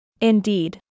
Indeed